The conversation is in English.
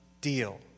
deal